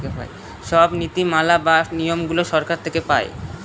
সব নীতি মালা বা নিয়মগুলো সরকার থেকে পায়